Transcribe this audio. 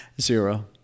Zero